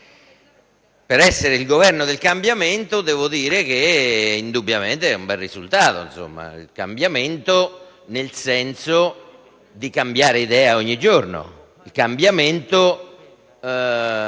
Per essere il «Governo del cambiamento», devo dire che indubbiamente è un bel risultato: cambiamento nel senso di cambiare idea ogni giorno e che